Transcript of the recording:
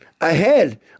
ahead